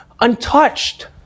untouched